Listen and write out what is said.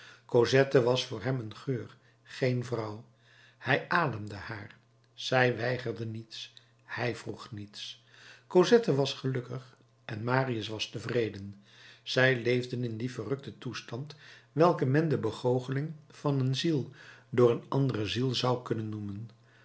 cosette was voor hem een geur geen vrouw hij ademde haar zij weigerde niets hij vroeg niets cosette was gelukkig en marius was tevreden zij leefden in dien verrukten toestand welken men de begoocheling van een ziel door een andere ziel zou kunnen noemen